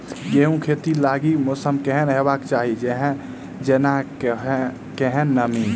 गेंहूँ खेती लागि मौसम केहन हेबाक चाहि जेना केहन नमी?